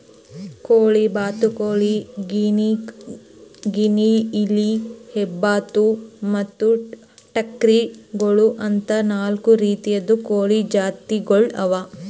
ಕೋಳಿ, ಬಾತುಕೋಳಿ, ಗಿನಿಯಿಲಿ, ಹೆಬ್ಬಾತು ಮತ್ತ್ ಟರ್ಕಿ ಗೋಳು ಅಂತಾ ನಾಲ್ಕು ರೀತಿದು ಕೋಳಿ ಜಾತಿಗೊಳ್ ಅವಾ